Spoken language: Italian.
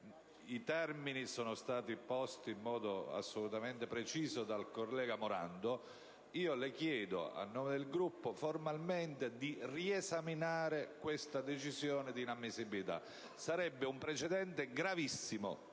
I termini sono stati posti in modo assolutamente preciso dal collega Morando. Io le chiedo, a nome del Gruppo, formalmente di riesaminare questa decisione di inammissibilità. Sarebbe un precedente gravissimo